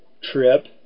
trip